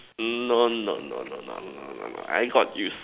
no no no no no no no I got used